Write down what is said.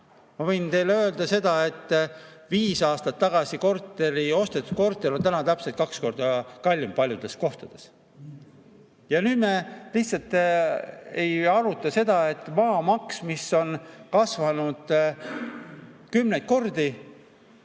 ma võin teile öelda, et viis aastat tagasi ostetud korter on täna täpselt kaks korda kallim paljudes kohtades. Ja nüüd me lihtsalt ei aruta seda. Maamaks on kasvanud kümneid kordi,